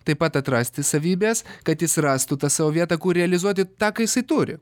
taip pat atrasti savybes kad jis rastų tą savo vietą kur realizuoti tą ką jisai turi